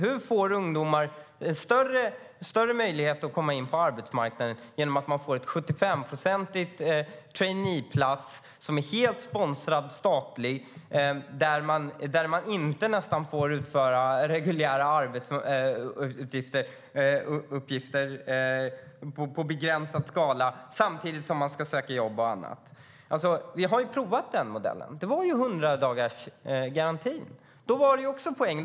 Hur får ungdomar större möjlighet att komma in på arbetsmarknaden genom att de får en 75-procentig traineeplats som är helt statligt sponsrad och där de inte får utföra reguljära arbetsuppgifter mer än i begränsad skala samtidigt som de ska söka jobb och annat? Vi har provat den modellen. Det var ju 100-dagarsgarantin.